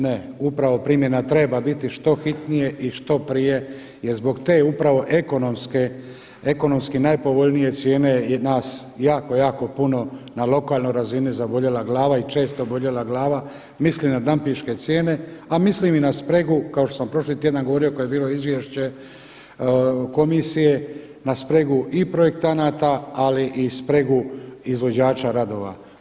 Ne, upravo primjena treba biti što hitnije i što prije jer zbog te upravo ekonomski najpovoljnije cijene i nas jako, jako puno na lokalnoj razini zaboljela glava i često boljela glava, mislim na dampinške cijene, a mislim i na spregu kao što sam prošli tjedan govorio kada je bilo izvješće komisije na spregu i projektanata ali i spregu izvođača radova.